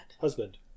Husband